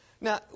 Now